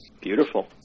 beautiful